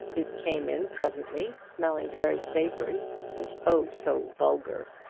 it came in presently, smelling very savoury but, oh, so vulgar!